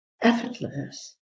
effortless